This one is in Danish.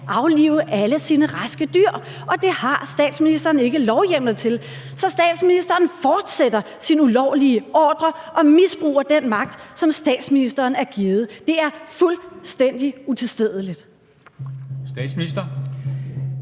aflive alle sine raske dyr. Og det har statsministeren ikke lovhjemmel til. Så statsministeren fortsætter sin ulovlige ordre og misbruger den magt, som statsministeren er givet. Det er fuldstændig utilstedeligt. Kl.